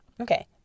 Okay